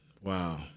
wow